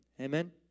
Amen